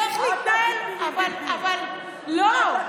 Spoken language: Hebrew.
הינה,